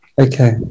okay